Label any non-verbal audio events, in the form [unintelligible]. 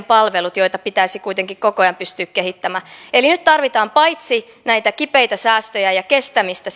[unintelligible] palvelut joita pitäisi kuitenkin koko ajan pystyä kehittämään eli nyt tarvitaan paitsi näitä kipeitä säästöjä ja kestämistä [unintelligible]